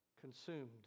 consumed